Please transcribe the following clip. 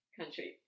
Country